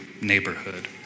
neighborhood